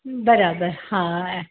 बराबर हा ऐ